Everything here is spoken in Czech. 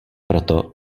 proto